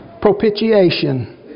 propitiation